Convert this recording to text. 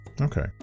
Okay